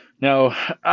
Now